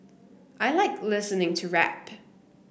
I like listening to rap